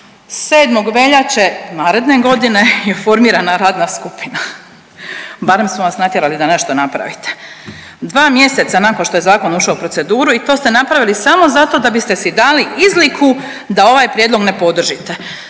7. veljače naredne godine je formirana radna skupina. Barem smo vas natjerali da nešto napravite. Dva mjeseca nakon što je zakon ušao u proceduru i to ste napravili samo zato da biste ste si dali izliku da ovaj prijedlog ne podržite.